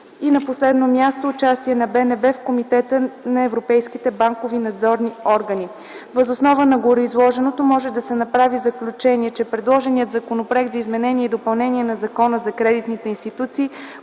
на последно място, участие на БНБ в Комитета на европейските банкови надзорни органи. Въз основа на гореизложеното може да се направи заключение, че предложеният Законопроект за изменение и допълнение на Закона за кредитните институции